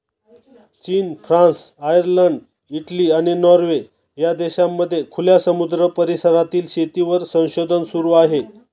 चीन, France, Ireland, Italy, आणि Norway या देशांमध्ये खुल्या समुद्र परिसरातील शेतीवर संशोधन सुरू आहे